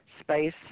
space